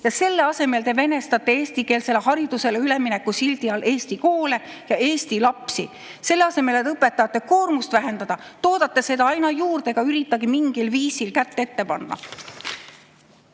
Selle asemel te venestate eestikeelsele haridusele ülemineku sildi all Eesti koole ja Eesti lapsi. Selle asemel, et õpetajate koormust vähendada, toodate seda aina juurde ega üritagi mingil viisil kätt ette panna.